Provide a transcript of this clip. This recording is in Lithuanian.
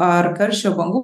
ar karščio bangų